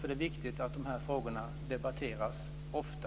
Det är viktigt att de här frågorna debatteras ofta.